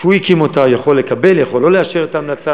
שהוא הקים, יכול לקבל, יכול לא לאשר את ההמלצה,